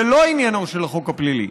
זה לא עניינו של החוק הפלילי.